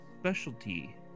specialty